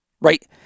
right